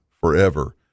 forever